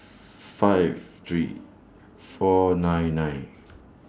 five three four nine nine